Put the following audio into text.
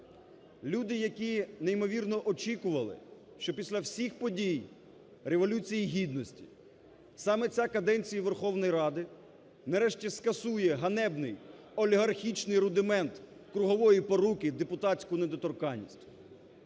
люди, які неймовірно очікували, що після всіх подій Революції Гідності саме ця каденція Верховної Ради нарешті скасує ганебний олігархічний рудимент кругової поруки – депутатську недоторканність.